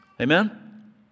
Amen